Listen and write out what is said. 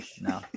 No